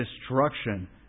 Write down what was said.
destruction